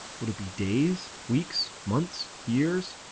would it be days? weeks? months? years?